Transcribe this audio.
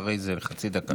אחרי זה לחצי דקה.